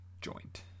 joint